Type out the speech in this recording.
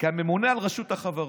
כממונה על רשות החברות.